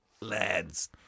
lads